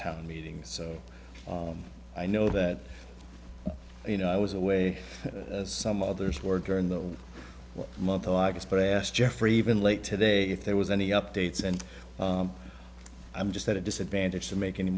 town meeting so i know that you know i was away as some others were during the month of august but i asked jeffrey even late today if there was any updates and i'm just at a disadvantage to make any